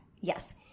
Yes